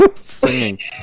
singing